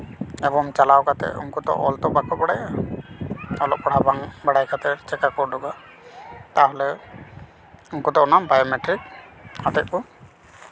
ᱮᱵᱚᱝ ᱪᱟᱞᱟᱣ ᱠᱟᱛᱮ ᱩᱱᱠᱩ ᱫᱚ ᱚᱞ ᱛᱚ ᱵᱟᱠᱚ ᱵᱟᱲᱟᱭᱟ ᱚᱞᱚᱜ ᱯᱟᱲᱦᱟᱜ ᱵᱟᱝ ᱵᱟᱲᱟᱭ ᱠᱷᱟᱹᱛᱤᱨ ᱪᱤᱠᱟ ᱠᱚ ᱩᱰᱩᱠᱚᱜᱼᱟ ᱛᱟᱦᱚᱞᱮ ᱩᱱᱠᱩ ᱫᱚ ᱚᱱᱟ ᱵᱟᱭᱳᱢᱮᱴᱨᱤᱠ ᱟᱛᱮᱫ ᱠᱚ